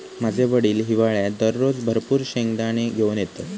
माझे वडील हिवाळ्यात दररोज भरपूर शेंगदाने घेऊन येतत